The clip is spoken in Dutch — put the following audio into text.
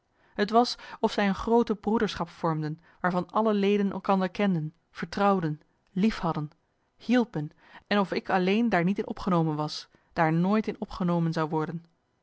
t was of zij een groote broederschap vormden waarvan alle leden elkander kenden vertrouwden liefhadden hielpen en of ik alleen daar niet in opgenomen was daar nooit in opgenomen zou worden